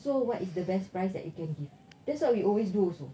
so what is the best price that you can give that's what we always do also